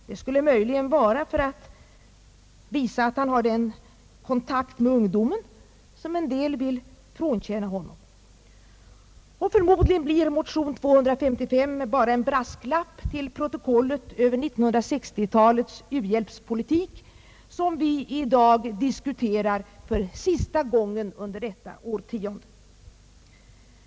Det skulle möj ligen vara för att visa att han har den kontakt med ungdomen som en del vill frånkänna honom. Förmodligen blir motion I:255 bara en brasklapp till protokollet över 1960-talets u-hjälpspolitik, som vi i dag diskuterar för sista gången under detta årtionde.